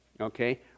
okay